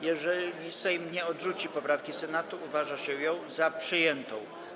Jeżeli Sejm nie odrzuci poprawki Senatu, uważa się ją za przyjętą.